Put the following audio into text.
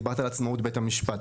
דיברת על עצמאות בית המשפט,